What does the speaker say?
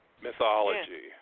mythology